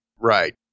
Right